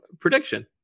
prediction